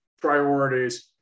priorities